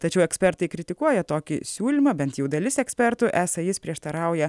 tačiau ekspertai kritikuoja tokį siūlymą bent jau dalis ekspertų esą jis prieštarauja